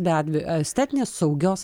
be abejo estetinės saugios